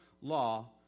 law